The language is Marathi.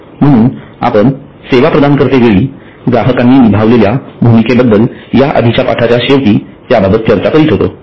म्हणून आपण सेवा प्रदान करतेवेळी ग्राहकांनी निभावलेल्या भूमिकेबद्दल या आधीच्या पाठाच्या शेवटी त्त्याबाबत चर्चा करीत होतो